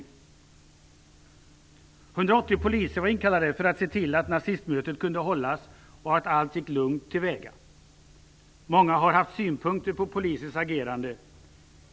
180 poliser var inkallade för att se till att nazistmötet kunde hållas och att allt gick lugnt till väga. Många har haft synpunkter på polisens agerande.